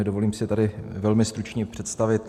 Dovolím si je tady velmi stručně představit.